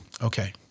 Okay